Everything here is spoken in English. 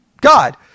God